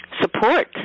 support